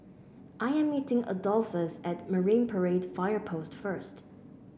I am meeting Adolphus at Marine Parade Fire Post first